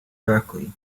berkeley